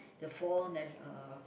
the four national uh